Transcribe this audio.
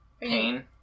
Pain